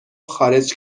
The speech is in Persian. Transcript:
خارج